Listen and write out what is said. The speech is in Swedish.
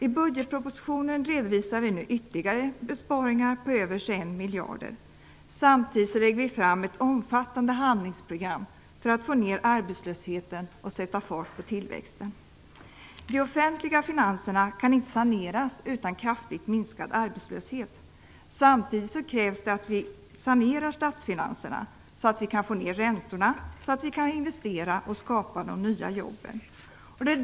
I budgetpropositionen redovisar vi nu ytterligare besparingar på över 21 miljarder. Samtidigt lägger vi fram ett omfattande handlingsprogram för att få ned arbetslösheten och sätta fart på tillväxten. De offentliga finanserna kan inte saneras utan kraftigt minskad arbetslöshet. Samtidigt krävs det att vi sanerar statsfinanserna, så att vi kan få ner räntorna. Då kan vi investera och skapa de nya jobben.